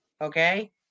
Okay